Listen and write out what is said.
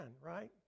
right